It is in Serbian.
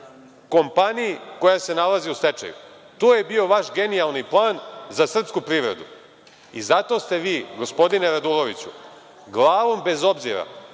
kompaniji koja se nalazi u stečaju. To je bio vaš genijalni poen za srpsku privredu. Zato ste vi gospodine Raduloviću glavom bez obzira